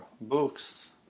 books